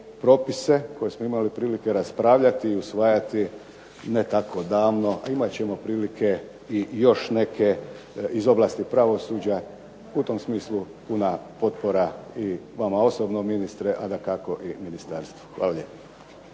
koje smo imali prilike raspravljati i usvajati ne tako davno, a imat ćemo prilike još neke iz oblasti pravosuđa u tom smislu puna potpora i vama osobno ministre a dakako i Ministarstvu. Hvala.